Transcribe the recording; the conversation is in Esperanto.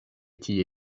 tie